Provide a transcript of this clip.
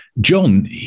John